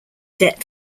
debt